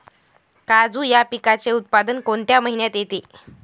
काजू या पिकाचे उत्पादन कोणत्या महिन्यात येते?